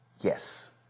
Yes